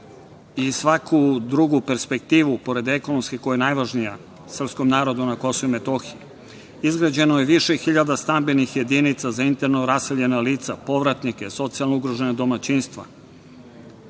i svaku drugu perspektivu pored ekonomske koja je najvažnija srpskom narodu na KiM. Izgrađeno je više hiljada stambenih jedinica za interno raseljena lica, povratnike, socijalno ugrožena domaćinstva.